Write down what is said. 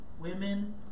women